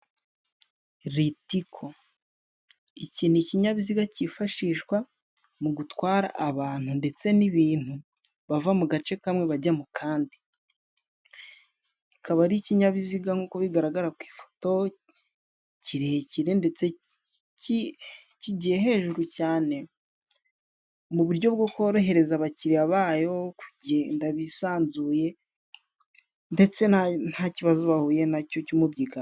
Ritiko, iki ni ikinyabiziga cyifashishwa mu gutwara abantu ndetse nibintu, bava mu gace kamwe bajya mukandi, kikaba ari ikinyabiziga nkuko bigaragara ku ifoto, kirekire ndetse kigiye hejuru cyane mu buryo bworohereza abakiriya bayo, kugenda bisanzuye ndetse nta kibazo bahuye nacyo kimubyigano.